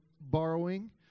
borrowing